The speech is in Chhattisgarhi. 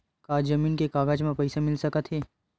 का जमीन के कागज म पईसा मिल सकत हे?